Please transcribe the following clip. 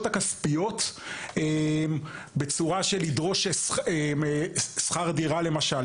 הכספיות בצורה של לדרוש שכר דירה למשל,